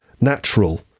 natural